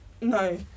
No